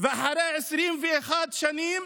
ואחרי 21 שנים